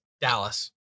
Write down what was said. Dallas